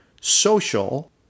social